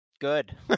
good